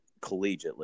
collegiately